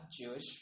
Jewish